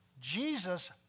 Jesus